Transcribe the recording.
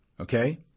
Okay